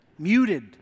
muted